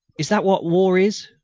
is that what war is?